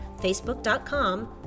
facebook.com